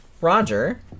Roger